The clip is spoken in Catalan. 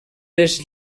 les